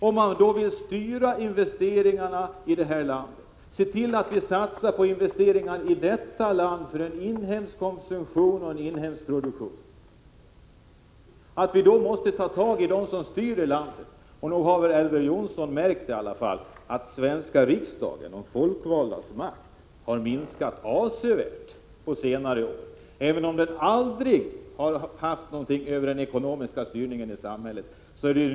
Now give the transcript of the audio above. Om man vill styra investeringarna så att vi satsar på investeringar i detta land, konsumtion och en inhemsk produktion, då måste vi ta tag i dem som styr i landet. Och nog har väl Elver Jonsson i alla fall märkt att den svenska riksdagens — de folkvaldas — makt har minskat avsevärt på senare år, även om riksdagen aldrig har haft någon makt över den ekonomiska styrningen i samhället.